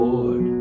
Lord